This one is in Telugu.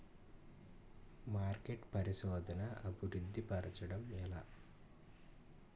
మార్కెటింగ్ పరిశోధనదా అభివృద్ధి పరచడం ఎలా